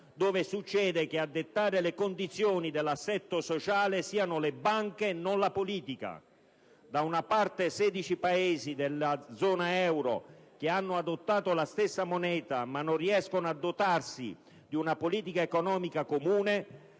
dove succede che a dettare le condizioni dell'assetto sociale siano le banche e non la politica. Da una parte, i sedici Paesi della zona euro che hanno adottato la stessa moneta, ma non riescono a dotarsi di una politica economica comune;